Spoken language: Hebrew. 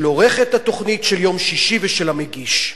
של עורכת התוכנית של יום שישי ושל המגיש,